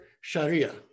sharia